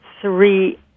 three